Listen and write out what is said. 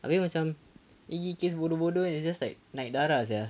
I mean macam ini kes bodoh bodoh sia then it's just like naik marah sia